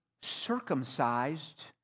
circumcised